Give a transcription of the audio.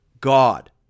God